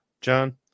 John